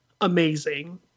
amazing